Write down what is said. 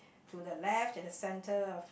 to the left that the center of